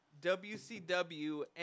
WCW